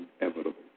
inevitable